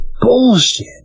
Bullshit